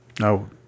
no